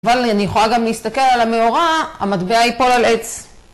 אבל אני יכולה גם להסתכל על המאורה, המטבע יפול על עץ.